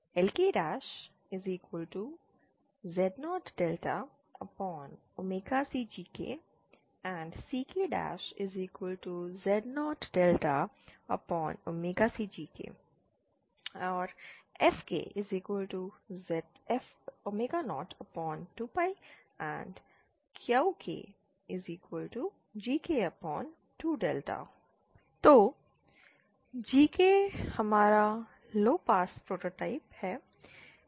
LkZ0cgk and CkZ0cgk or fk02π and Qkgk2 तो GK हमारा low pass prototype है